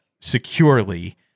securely